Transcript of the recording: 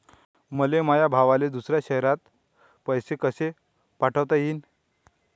मले माया भावाले दुसऱ्या शयरात पैसे कसे पाठवता येईन?